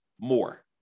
more